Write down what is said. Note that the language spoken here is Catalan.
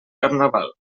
carnaval